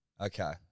Okay